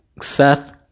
Seth